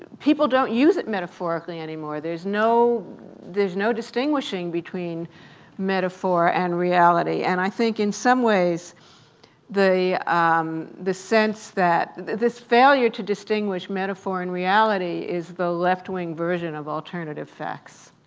people don't use it metaphorically anymore. there's no there's no distinguishing between metaphor and reality, and i think in some ways the the sense that, this failure to distinguish metaphor and reality is the left-wing version of alternative facts.